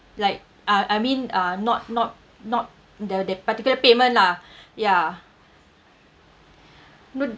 like uh I mean uh not not not the that particular payment lah ya no